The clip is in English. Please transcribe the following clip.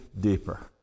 deeper